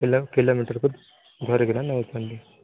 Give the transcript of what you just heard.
kilo କିଲୋମିଟର୍କୁ ଧରିକି ନା ନେଉଛନ୍ତି